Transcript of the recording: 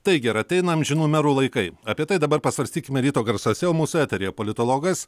taigi ar ateina amžinų merų laikai apie tai dabar pasvarstykime ryto garsuose o mūsų eteryje politologas